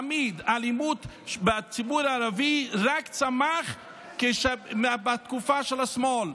תמיד האלימות בציבור הערבי רק צמחה בתקופה של השמאל.